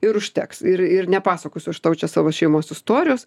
ir užteks ir ir nepasakosiu aš tau čia savo šeimos istorijos